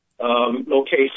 location